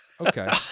Okay